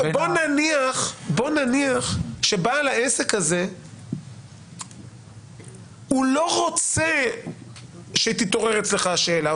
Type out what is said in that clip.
בוא נניח שבעל העסק הזה לא רוצה שתתעורר אצלך השאלה.